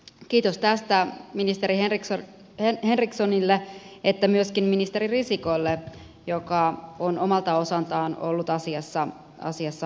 kiitos tästä sekä ministeri henrikssonille että myöskin ministeri risikolle joka on omalta osaltaan ollut asiassa aktiivinen